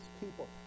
people